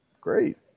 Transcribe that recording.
great